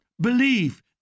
believe